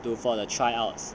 to for the try outs